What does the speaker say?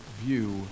view